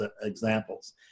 examples